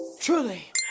truly